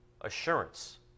assurance